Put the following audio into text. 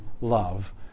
love